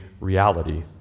reality